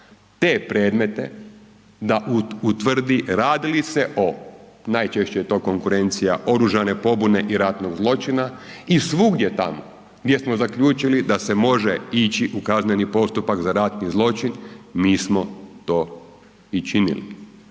te predmete da utvrdi radi li se o, najčešće je to konkurencija oružane pobune i ratnog zločina i svugdje tamo gdje smo zaključili da se može ići u kazneni postupak za ratni zločin, mi smo to i činili.